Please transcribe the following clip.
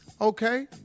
Okay